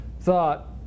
thought